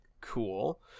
Cool